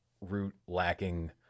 root-lacking